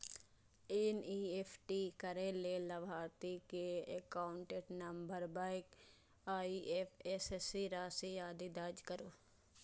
NEFT करै लेल लाभार्थी के एकाउंट नंबर, बैंक, आईएपएससी, राशि, आदि दर्ज करू